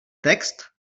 text